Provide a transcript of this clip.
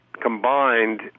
combined